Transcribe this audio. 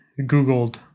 googled